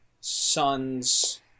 sons